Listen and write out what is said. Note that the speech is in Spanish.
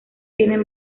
tienen